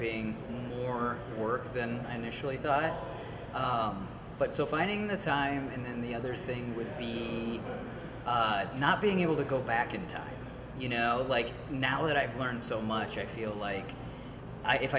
being more work than i initially thought but so finding the time and the other thing with the beat not being able to go back in time you know like now that i've learned so much i feel like if i